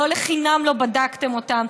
לא לחינם לא בדקתם אותם,